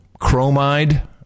chromide